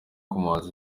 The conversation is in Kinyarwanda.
umuhanzi